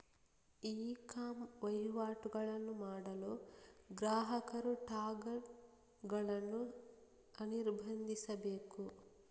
E com ವಹಿವಾಟುಗಳನ್ನು ಮಾಡಲು ಗ್ರಾಹಕರು ಟಾಗಲ್ ಗಳನ್ನು ಅನಿರ್ಬಂಧಿಸಬೇಕು